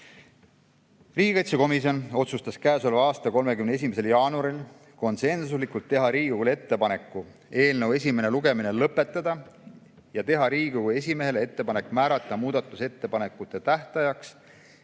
Riigikaitsekomisjon otsustas käesoleva aasta 31. jaanuaril konsensuslikult teha Riigikogule ettepaneku eelnõu esimene lugemine lõpetada ja teha Riigikogu esimehele ettepanek määrata muudatusettepanekute tähtajaks